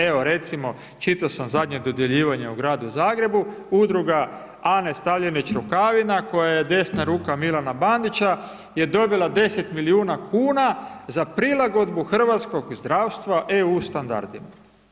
Evo recimo, čitao sam zadnje dodjeljivanje u Gradu Zagrebu, Udruga Ane Stavljenić Rukavina koja je desna ruka Milana Bandića je dobila 10 milijuna kuna za prilagodbu hrvatskog zdravstva EU standardima.